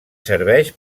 serveix